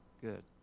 Good